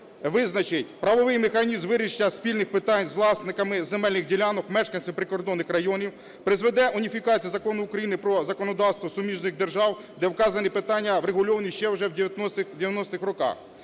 визначить правовий механізм вирішення спірних питань з власниками земельних ділянок, мешканців прикордонних районів, призведе уніфікацію закону України до законодавство суміжних держав, де вказані питання, врегульовані ще вже в 90-х роках.